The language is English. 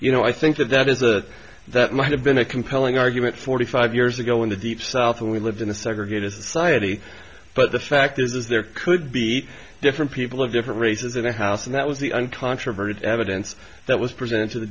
you know i think that that is that that might have been a compelling argument forty five years ago in the deep south we lived in a segregated society but the fact is there could be different people of different races in the house and that was the uncontroverted evidence that was presented t